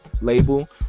label